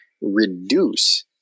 reduce